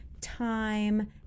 time